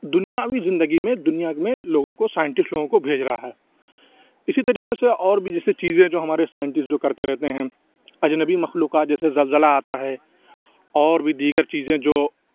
دنیاوی زندگی میں دنیا میں لوگوں کو سائنٹسٹ لوگوں کو بھیج رہا ہے اِسی طریقے سے اور بھی جیسے چیزیں جو ہمارے سائنٹسٹ جو کرتے رہتے ہیں اجنبی مخلوقات جیسے زلزلہ آتا ہے اور بھی دیگر چیزیں جو